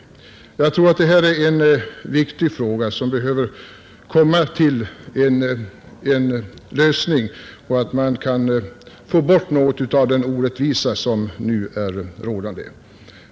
Detta är en viktig fråga, som behöver komma till en lösning så att man kan få bort något av den orättvisa som nu är rådande.